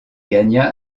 gagna